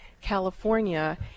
California